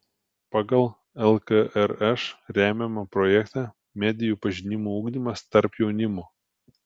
pagal lkrš remiamą projektą medijų pažinimo ugdymas tarp jaunimo